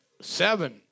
seven